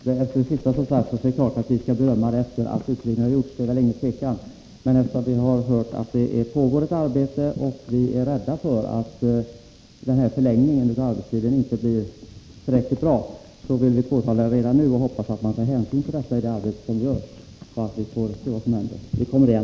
Herr talman! Det är klart att vi skall bedöma förslaget efter det att utredningen har gjorts. Men eftersom vi har hört att det pågår ett arbete och vi är rädda för att denna förlängning av arbetstiden inte blir tillräckligt bra vill vi påtala det redan nu. Vi hoppas att man tar hänsyn till detta i det arbete som görs. Vi får se vad som händer, och vi kommer igen.